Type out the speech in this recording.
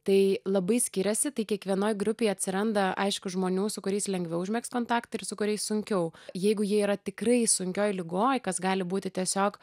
tai labai skiriasi tai kiekvienoj grupėj atsiranda aišku žmonių su kuriais lengviau užmegzt kontaktą ir su kuriais sunkiau jeigu jie yra tikrai sunkioj ligoj kas gali būti tiesiog